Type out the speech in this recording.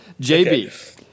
jb